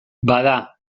bada